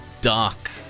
dark